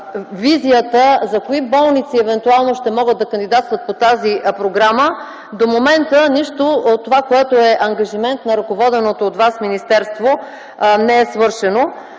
визията за кои болници евентуално ще могат да кандидатстват по тази програма. До момента нищо от това, което е ангажимент от ръководеното от Вас министерство, не е свършено.